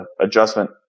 adjustment